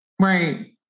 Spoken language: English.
right